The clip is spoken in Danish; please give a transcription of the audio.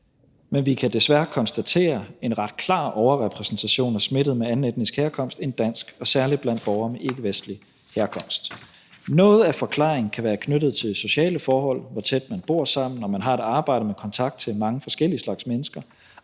men vi kan desværre konstatere en ret klar overrepræsentation af smittede med anden etnisk herkomst end dansk, særlig blandt borgere med ikkevestlig herkomst. Noget af forklaringen kan være knyttet til sociale forhold – hvor tæt man bor sammen, og om man har et arbejde med kontakt til mange forskellige slags mennesker